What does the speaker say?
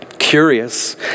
curious